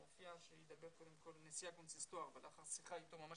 מופיע שידבר קודם כל נשיא הקונסיסטואר ולאחר שיחה איתו ממש